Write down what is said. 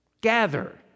gather